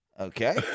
Okay